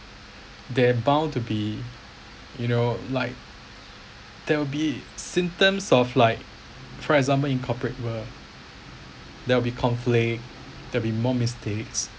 there bound to be you know like there will be symptoms of like for example in corporate world there will be conflict there be more mistakes